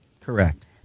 Correct